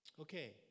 Okay